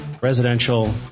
residential